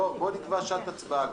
בוא נקבע שעת הצבעה.